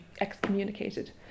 excommunicated